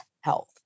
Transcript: health